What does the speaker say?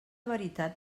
veritat